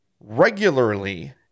regularly